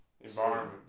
environment